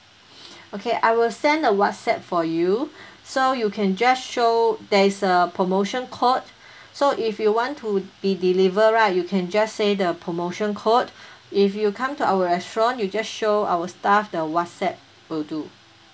okay I will send a WhatsApp for you so you can just show there is a promotion code so if you want to be deliver right you can just say the promotion code if you come to our restaurant you just show our staff the WhatsApp will do